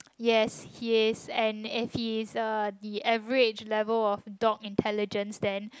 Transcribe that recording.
yes yes and it is a the average level of dot intelligence then